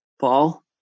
Paul